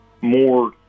more